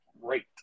great